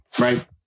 right